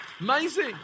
Amazing